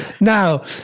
Now